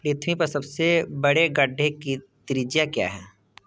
पृथ्वी पर सबसे बड़े गड्ढे की त्रिज्या क्या है